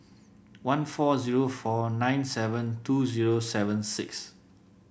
one four zero four nine seven two zero seven six